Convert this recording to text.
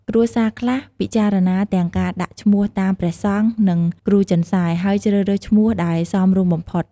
គ្រួសារខ្លះពិចារណាទាំងការដាក់ឈ្មោះតាមព្រះសង្ឃ និងគ្រូចិនសែ ហើយជ្រើសរើសឈ្មោះដែលសមរម្យបំផុត។